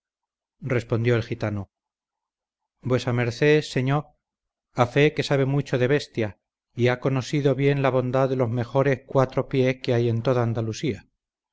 respondió el gitano vuesa merced ceñor a fe que sabe mucho de bestiaz y ha conocido bien la bondad de loz mejorez cuatro piez que hay en toda andalucía